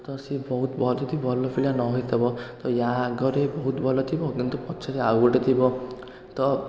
ତ ସେ ବହୁତ ଭଲ ପିଲା ହେଇଥିବ ତ ୟା ଆଗରେ ବହୁତ ଭଲ ଥିବ କିନ୍ତୁ ପଛରେ ଆଉ ଗୋଟେ ଥିବ